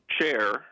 chair